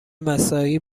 مساعی